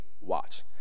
watch